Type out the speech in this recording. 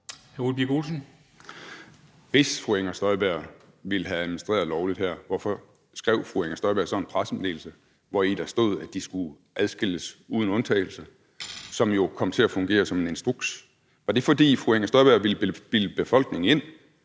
(LA): Hvis fru Inger Støjberg ville have administreret lovligt her, hvorfor skrev fru Inger Støjberg så en pressemeddelelse, hvori der stod, at de skulle adskilles uden undtagelse – en pressemeddelelse, som jo kom til at fungere som en instruks? Var det, fordi fru Inger Støjberg ville bilde befolkningen ind,